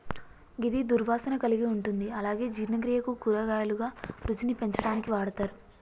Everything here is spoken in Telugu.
గిది దుర్వాసన కలిగి ఉంటుంది అలాగే జీర్ణక్రియకు, కూరగాయలుగా, రుచిని పెంచడానికి వాడతరు